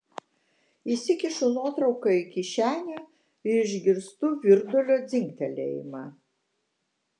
įsikišu nuotrauką į kišenę ir išgirstu virdulio dzingtelėjimą